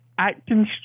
Acting